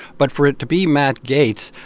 but for it to be matt gaetz,